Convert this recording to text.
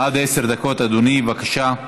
עד עשר דקות, אדוני, בבקשה.